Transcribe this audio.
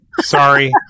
sorry